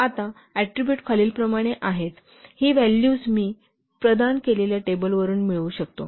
आता ऍट्रीबुट खालीलप्रमाणे आहेत ही व्हॅल्यूज मी प्रदान केलेल्या टेबलावरुन मिळवू शकतो